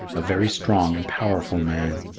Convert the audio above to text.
a very strong and powerful man.